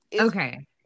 Okay